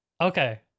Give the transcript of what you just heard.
Okay